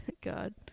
God